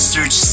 Search